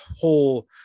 whole